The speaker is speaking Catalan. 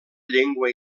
llengua